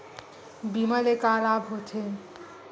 बीमा ले का लाभ होथे?